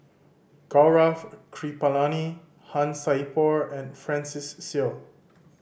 Gaurav Kripalani Han Sai Por and Francis Seow